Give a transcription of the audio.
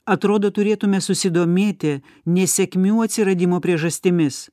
atrodo turėtume susidomėti nesėkmių atsiradimo priežastimis